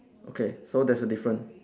okay so there's a different